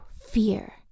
fear